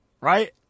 Right